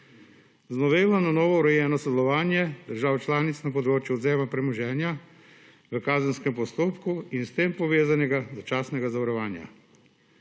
Z novelo je na novo urejeno sodelovanje držav članic na področju odvzema premoženja v kazenskem postopku in s tem povezanega začasnega zavarovanja.